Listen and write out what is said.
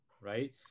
right